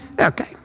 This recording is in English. Okay